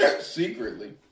Secretly